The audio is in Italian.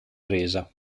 resa